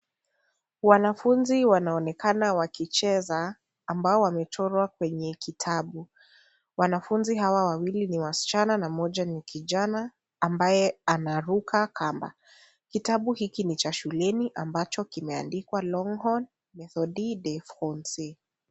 Wanafunzi wanaonekana wakicheza ambao wamechorwa kwenye kitabu. Wanafunzi hawa wawili ni wasichana na mmoja ni kijana ambaye anaruka kamba. Kitabu hiki ni cha shuleni ambacho kimeandikwa Longhorn Methode de Francais .